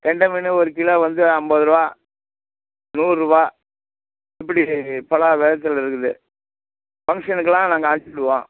கெண்டை மீன் ஒரு கிலோ வந்து ஐம்பதுருவா நூறுபா இப்படி பல விதத்துல இருக்குது ஃபங்க்ஷனுக்கெல்லாம் நாங்கள் அனுப்பிச்சிடுவோம்